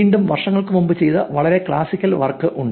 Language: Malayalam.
വീണ്ടും വർഷങ്ങൾക്കുമുമ്പ് ചെയ്ത വളരെ ക്ലാസിക്കൽ വർക്ക് ഉണ്ട്